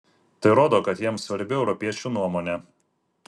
tai rodo kad jiems svarbi europiečių nuomonė